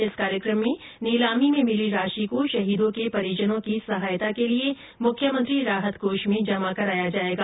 इस कार्यक्रम में नीलामी में मिली राशि को शहीदों के परिजनों की सहायता के लिए मुख्यमंत्री राहत कोष में जमा कराया जाएगा